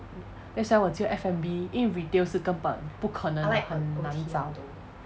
that's why 我只有 F&B 因为 retail 是根本不可能很难找